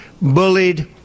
bullied